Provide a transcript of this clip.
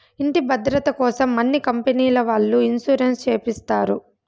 ఇంటి భద్రతకోసం అన్ని కంపెనీల వాళ్ళు ఇన్సూరెన్స్ చేపిస్తారు